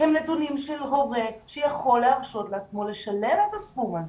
הם נתונים של הורה שיכול להרשות לעצמו לשלם את הסכום הזה.